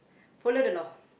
follow the law